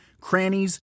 crannies